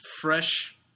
fresh